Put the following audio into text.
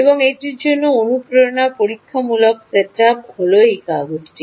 এবং এটির জন্য অনুপ্রেরণা পরীক্ষামূলক সেটআপ হল এই কাগজটি